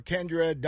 Kendra